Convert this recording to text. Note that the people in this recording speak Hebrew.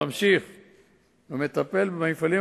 בהערכות